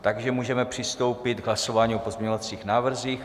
Takže můžeme přistoupit k hlasování o pozměňovacích návrzích.